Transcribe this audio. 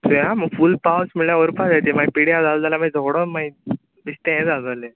चय आं म्हाका फूल पावस म्हणल्यार उरपा जाय तीं मागीर पिड्यार जालीं जाल्यार मागीर झगडो मागीर बेश्टें यें जातलें